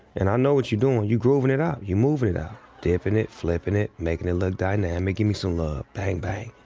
and i know what you doin', you groovin' it out. you movin' it out. dippin' it, flippin' it, makin' it look dynamic. gimme some love, bang bang.